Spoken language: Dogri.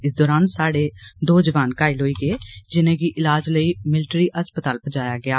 इस दरान साड़डे दो जुआन जख्मी होई गे जिनेंगी इलाज लेई मिलट्री अस्पताल पजाया गेआ